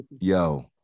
Yo